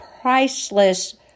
priceless